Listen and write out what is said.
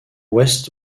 ouest